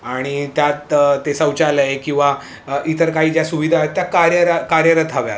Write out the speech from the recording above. आणि त्यात ते शौचालय किवा इतर काही ज्या सुविधा आहेत त्या कार्य कार्यरत हव्या